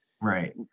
right